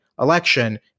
election